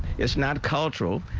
is not cultural.